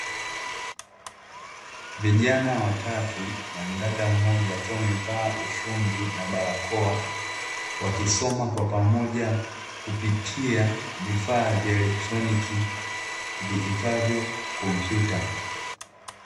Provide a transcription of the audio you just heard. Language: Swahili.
Vijana watatu na mdada mmoja akiwa amevaa ushungi na barakoa, wakisoma kwa pamoja kupitia vifaa vya kielektroniki viitwavyo kompyuta.